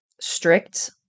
strict